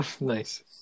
nice